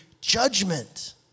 judgment